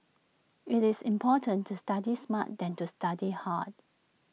it's important to study smart than to study hard